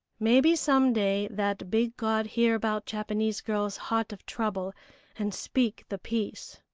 maybe some day that big god hear about japanese girl's heart of trouble and speak the peace.